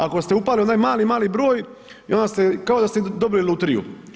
Ako ste upali u onaj mali, mali broj i onda kao da ste dobili lutriju.